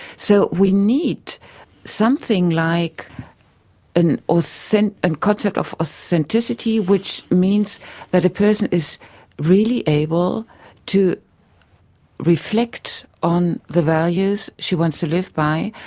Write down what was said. so we need something like and ah a and concept of authenticity which means that a person is really able to reflect on the values she wants to live by,